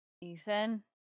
Ethan